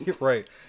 Right